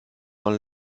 man